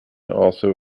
also